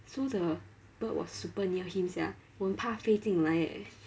so the bird was super near him sia 我很怕飞进来 eh